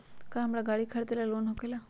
का हमरा गारी खरीदेला लोन होकेला?